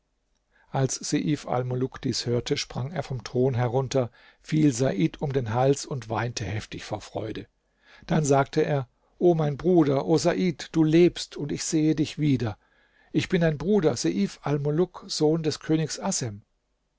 als seif almuluk dies hörte sprang er vom thron herunter fiel said um den hals und weinte heftig vor freude dann sagte er o mein bruder o said du lebst und ich sehe dich wieder ich bin dein bruder seif almuluk sohn des königs